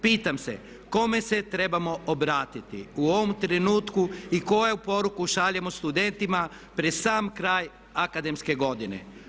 Pitam se kome se trebamo obratiti u ovom trenutku i koju poruku šaljemo studentima pred sam akademske godine?